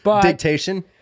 Dictation